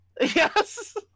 Yes